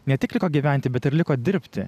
ne tik liko gyventi bet ir liko dirbti